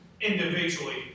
individually